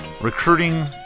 recruiting